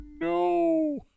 no